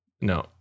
No